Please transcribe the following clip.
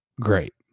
Great